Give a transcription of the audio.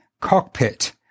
cockpit